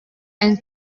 and